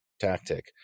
tactic